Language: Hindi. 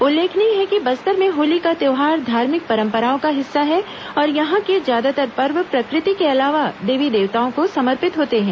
उल्लेखनीय है कि बस्तर में होली का त्योहार धार्मिक परंपराओं का हिस्सा है और यहां के ज्यादातर पर्व प्रकृति के अलावा देवी देवताओं को समर्पित होते हैं